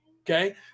Okay